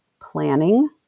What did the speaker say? planning